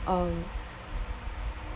um